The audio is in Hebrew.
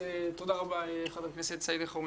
תודה רבה חבר הכנסת סעיד אלרומי.